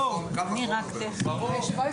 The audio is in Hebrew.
בשעה